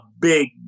big